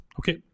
okay